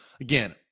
Again